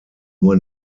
nur